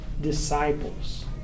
disciples